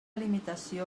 limitació